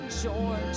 George